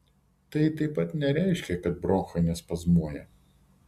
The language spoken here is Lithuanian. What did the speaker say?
tai taip pat nereiškia kad bronchai nespazmuoja